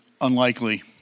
unlikely